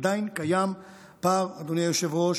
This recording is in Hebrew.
עדיין קיים פער, אדוני היושב-ראש,